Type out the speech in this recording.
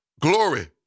Glory